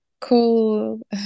cool